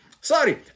Sorry